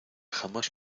jamás